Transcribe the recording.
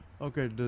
okay